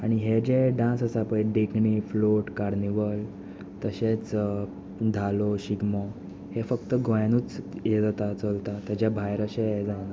आनी हे जे डान्स आसा पळय देखणी फ्लोट कार्निवाल तशेंच धालो सिगमो हे पक्त गोंयांतूच हें जाता चलता ताच्या भायर अशे जायना